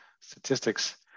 statistics